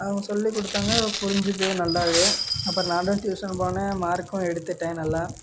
அவங்க சொல்லி கொடுத்தாங்க புரிஞ்சுது நல்லா அப்புறம் நான் ட்யூஷன் போனேன் மார்க்கும் எடுத்துவிட்டேன் நல்லா